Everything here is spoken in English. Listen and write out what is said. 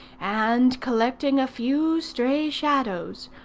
and collecting a few stray shadows,